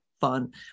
fun